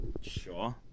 Sure